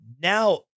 now